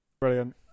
brilliant